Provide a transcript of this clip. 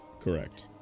Correct